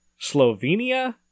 slovenia